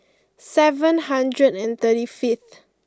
seven hundred and thirty fifth